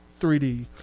3D